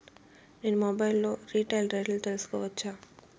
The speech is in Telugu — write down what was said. నేను మొబైల్ లో రీటైల్ రేట్లు తెలుసుకోవచ్చా?